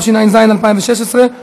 התשע"ז 2016,